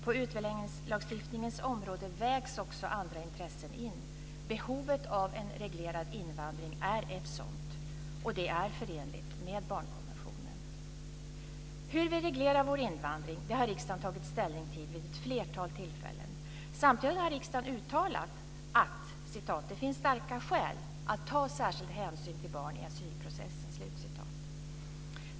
På utlänningslagstiftningens område vägs också andra intressen in. Behovet av en reglerad invandring är ett sådant. Detta är förenligt med barnkonventionen. Hur vi reglerar vår invandring har riksdagen tagit ställning till vid ett flertal tillfällen. Samtidigt har riksdagen uttalat att "det finns starka skäl att ta särskild hänsyn till barn i asylprocessen".